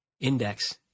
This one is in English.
index